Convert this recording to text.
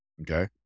okay